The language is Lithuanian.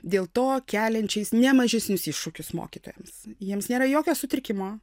dėl to keliančiais ne mažesnius iššūkius mokytojams jiems nėra jokio sutrikimo